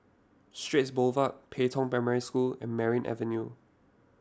Straits Boulevard Pei Tong Primary School and Merryn Avenue